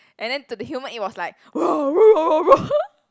and then to the human it was like